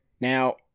Now